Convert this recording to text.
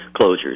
closures